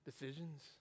Decisions